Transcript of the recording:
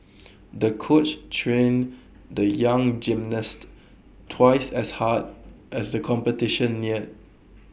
the coach trained the young gymnast twice as hard as the competition neared